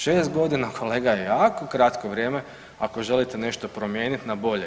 6 godina kolega je jako kratko vrijeme ako želite nešto promijeniti na bolje.